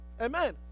Amen